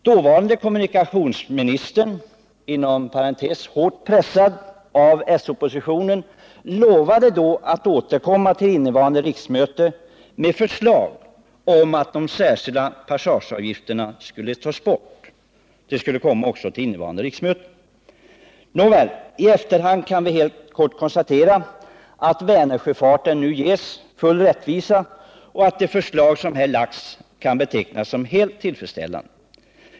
Dåvarande kommunikationsministern — hårt pressad av s-oppositionen — lovade då att återkomma till innevarande riksmöte med förslag om att de särskilda passageavgifterna skulle tas bort. I efterhand kan vi helt kort konstatera att Vänersjöfarten nu ges full rättvisa 159 och att det förslag som är lagt kan betecknas som helt tillfredsställande.